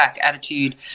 attitude